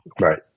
Right